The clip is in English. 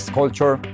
culture